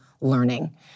learning